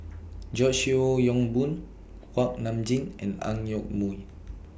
George Yeo Yong Boon Kuak Nam Jin and Ang Yoke Mooi